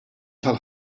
tal